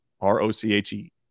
R-O-C-H-E